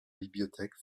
bibliothèque